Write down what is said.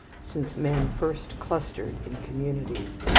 since men first clustered in communities.